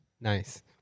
Nice